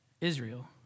Israel